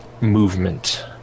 movement